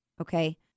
Okay